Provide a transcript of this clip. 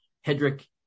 Hedrick